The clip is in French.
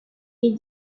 est